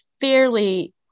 fairly